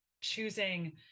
choosing